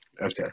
Okay